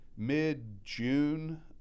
Mid-June